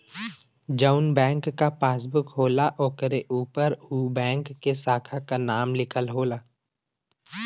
जौन बैंक क पासबुक होला ओकरे उपर उ बैंक के साखा क नाम लिखल होला